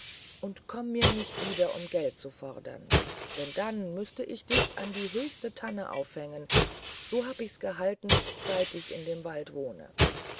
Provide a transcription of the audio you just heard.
und komm mir nicht wieder um geld zu fordern denn dann müßte ich dich an die höchste tanne aufhängen so hab ich's gehalten seit ich in dem wald wohne